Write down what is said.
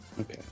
Okay